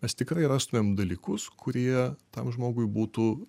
mes tikrai rastumėm dalykus kurie tam žmogui būtų